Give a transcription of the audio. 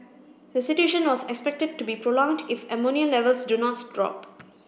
the situation was expected to be prolonged if ammonia levels do not